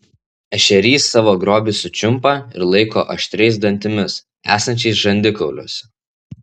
ešerys savo grobį sučiumpa ir laiko aštriais dantimis esančiais žandikauliuose